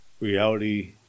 reality